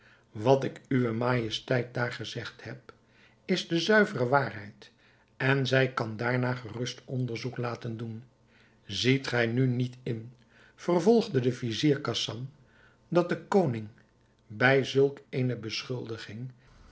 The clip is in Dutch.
wat ik uwe majesteit daar gezegd heb is de zuivere waarheid en zij kan daarnaar gerust onderzoek laten doen ziet gij nu niet in vervolgde de vizier khasan dat de koning bij zulk eene beschuldiging